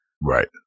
Right